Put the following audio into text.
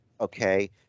Okay